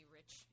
rich